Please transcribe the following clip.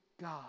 God